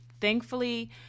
Thankfully